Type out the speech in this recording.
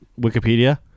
Wikipedia